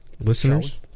Listeners